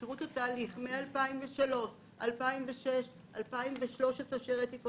תראו את התהליך מ-2003, 2006,2013. גם